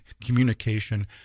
communication